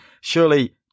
surely